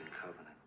covenant